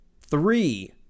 Three